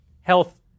health